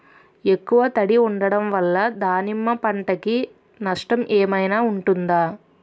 ఎక్కువ తడి ఉండడం వల్ల దానిమ్మ పంట కి నష్టం ఏమైనా ఉంటుందా?